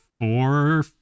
four